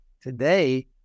today